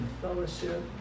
fellowship